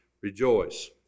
rejoice